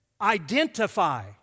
identify